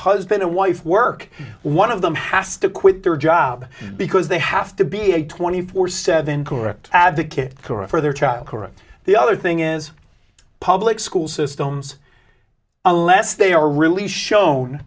husband and wife work one of them has to quit their job because they have to be a twenty four seven correct advocate for their child the other thing is public school systems unless they are really shown